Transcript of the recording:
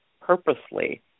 purposely